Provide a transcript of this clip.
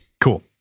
Cool